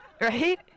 right